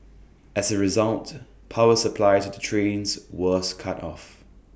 as A result power supply to the trains was cut off